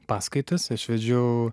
paskaitas aš vedžiau